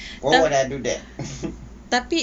why would I do that